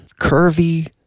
curvy